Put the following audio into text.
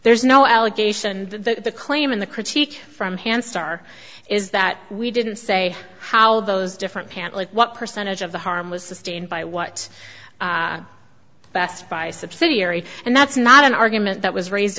there's no allegation the claim in the critique from hans starr is that we didn't say how those different panteley what percentage of the harm was sustained by what best buy subsidiary and that's not an argument that was raised